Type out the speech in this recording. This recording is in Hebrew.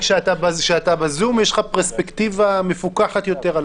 כשאתה בזום יש לך פרספקטיבה מפוכחת יותר על